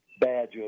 badge